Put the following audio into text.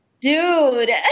Dude